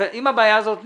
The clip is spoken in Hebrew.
הבעיה הזאת נפתרת,